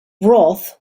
roth